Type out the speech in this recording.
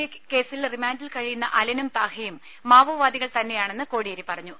A കേസിൽ റിമാൻഡിൽ കഴിയുന്ന അലനും താഹയും മാവോവാദികൾതന്നെയാണെന്ന് കോടിയേരി പറഞ്ഞു